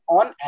on